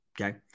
okay